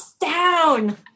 down